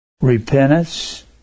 repentance